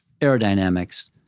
aerodynamics